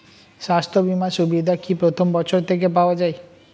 স্বাস্থ্য বীমার সুবিধা কি প্রথম বছর থেকে পাওয়া যায়?